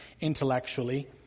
intellectually